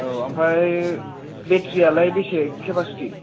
औ ओमफ्राय बेट्रि आलाय बेसे केफाचिटि